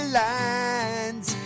lines